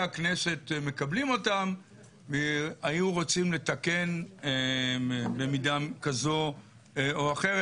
הכנסת מקבלים אותם והיו רוצים לתקן במידה כזו או אחרת.